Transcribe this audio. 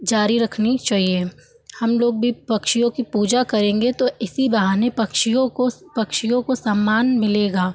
जारी रखनी चाहिए हमलोग भी पक्षियों की पूजा करेंगे तो इसी बहाने पक्षियों को पक्षियों को सम्मान मिलेगा